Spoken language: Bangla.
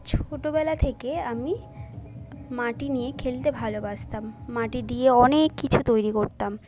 ছোটোবেলা থেকে আমি মাটি নিয়ে খেলতে ভালবাসতাম মাটি দিয়ে অনেক কিছু তৈরি করতাম